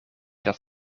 dat